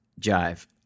Jive